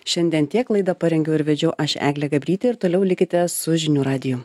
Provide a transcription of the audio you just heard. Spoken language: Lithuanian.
šiandien tiek laidą parengiau ir vedžiau aš eglė gabrytė ir toliau likite su žinių radiju